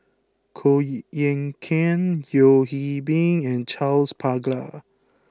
Koh Eng Kian Yeo Hwee Bin and Charles Paglar